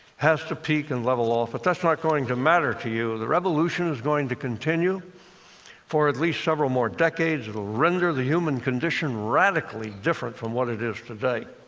has to peak and level off, but that's not going to matter to you. the revolution is going to continue for at least several more decades. it'll render the human condition radically different from what it is today.